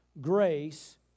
grace